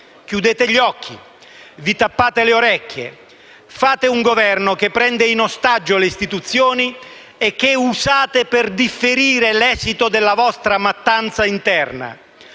Chiudete gli occhi, vi tappate le orecchie, fate un Governo che prende in ostaggio le istituzioni e che usate per differire l'esito della vostra mattanza interna.